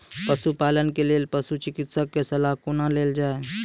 पशुपालन के लेल पशुचिकित्शक कऽ सलाह कुना लेल जाय?